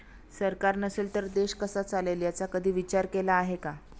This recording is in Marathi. सरकार नसेल तर देश कसा चालेल याचा कधी विचार केला आहे का?